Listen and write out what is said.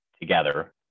together